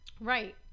Right